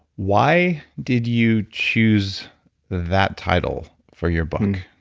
why did you choose that title for your book?